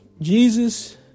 Jesus